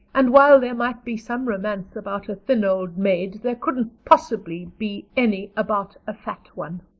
and while there might be some romance about a thin old maid there couldn't possibly be any about a fat one.